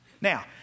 Now